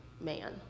man